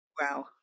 Wow